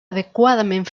adequadament